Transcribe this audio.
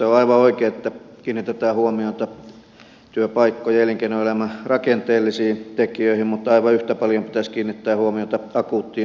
on aivan oikein että kiinnitetään huomiota työpaikkojen ja elinkeinoelämän rakenteellisiin tekijöihin mutta aivan yhtä paljon pitäisi kiinnittää huomiota akuuttiin työttömyystilanteeseen